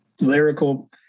Lyrical